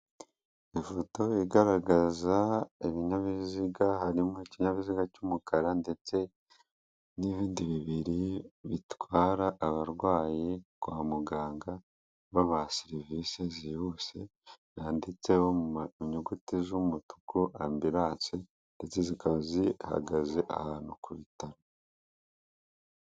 Ifoto igaragaza ibinyabiziga, harimo ikinyabiziga cy'umukara ndetse n'ibindi bibiri bitwara abarwayi kwa muganga babaha serivisi zihuse, zanditseho mu nyuguti z'umutuku ambilanse ndetse zikaba zihagaze ahantu ku ibitaro.